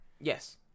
Yes